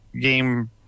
game